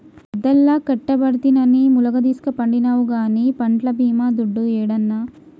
పొద్దల్లా కట్టబడితినని ములగదీస్కపండినావు గానీ పంట్ల బీమా దుడ్డు యేడన్నా